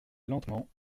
lentement